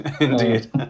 Indeed